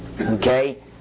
okay